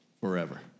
forever